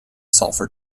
sulfur